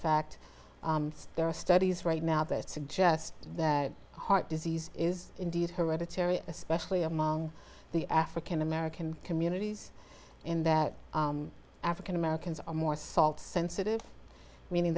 fact there are studies right now that suggest that heart disease is indeed hereditary especially among the african american communities and that african americans are more salt sensitive meaning